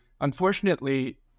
Unfortunately